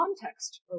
context